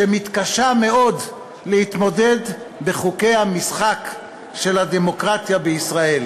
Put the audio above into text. שמתקשה מאוד להתמודד בחוקי המשחק של הדמוקרטיה בישראל,